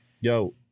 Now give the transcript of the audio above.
Yo